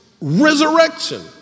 resurrection